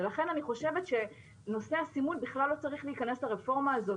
ולכן אני חושבת שנושא הסימון בכלל לא צריך להיכנס לרפורמה הזאת.